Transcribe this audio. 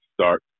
start